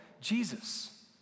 Jesus